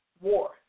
war